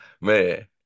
man